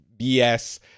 BS